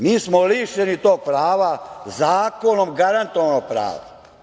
Mi smo lišeni tog prava, zakonom garantovanog prava.